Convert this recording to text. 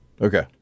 Okay